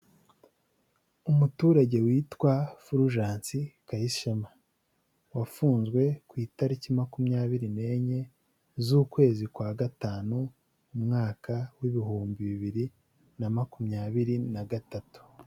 Umuturage witwa Fulgence Kayishema, wafunzwe ku itariki makumyabiri n'enye z'ukwezi kwa gatanu, umwaka w'ibihumbi bibiri na makumyabiri na gatatu.